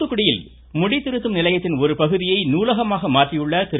தூத்துக்குடியில் முடிதிருத்தும் நிலையத்தின் ஒருபகுதியை நூலகமாக மாற்றியுள்ள திரு